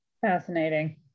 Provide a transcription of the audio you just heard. Fascinating